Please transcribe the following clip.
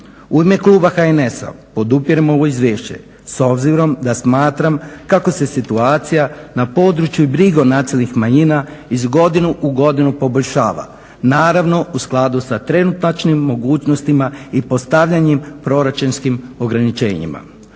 U ime kluba HNS-a podupirem ovo izvješće s obzirom da smatram kako se situacija na području i briga nacionalnih manjina iz godine u godinu poboljšava, naravno u skladu sa trenutačnim mogućnostima i postavljenim proračunskim ograničenjima.